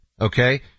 okay